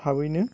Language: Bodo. थाबैनो